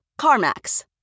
CarMax